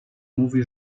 mówi